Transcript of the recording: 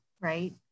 right